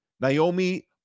Naomi